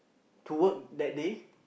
to work that day